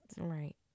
Right